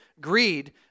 greed